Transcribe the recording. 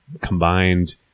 combined